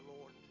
Lord